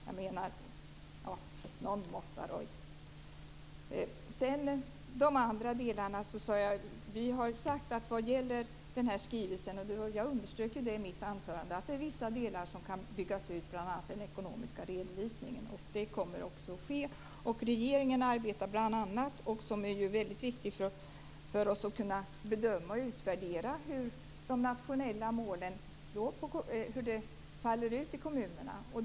Någon måtta får det vara, Roy Ottosson! Sedan vill jag gå över till de andra delarna. Vi har sagt att det vad gäller den här skrivelsen, och jag underströk det i mitt anförande, finns vissa delar som kan byggas ut. Det gäller bl.a. den ekonomiska redovisningen. Det kommer också att ske. Det är väldigt viktigt för oss att kunna bedöma och utvärdera hur de nationella målen faller ut i kommunerna.